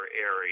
area